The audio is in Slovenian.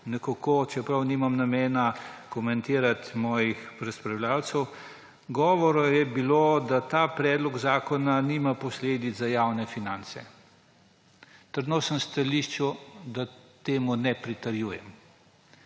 dotaknil, čeprav nimam namena komentirati svojih razpravljavcev. Govora je bilo, da ta predlog zakona nima posledic za javne finance. Trdno sem na stališču, da temu ne pritrjujem.